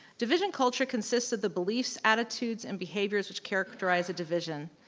division culture consists of the beliefs, attitudes and behaviors which characterize a division.